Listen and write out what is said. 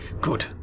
Good